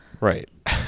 Right